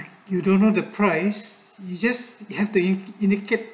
you don't know the price you just have to indicate